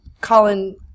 Colin